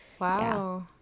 Wow